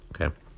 okay